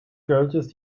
kuiltjes